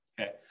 Okay